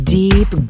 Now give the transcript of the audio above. deep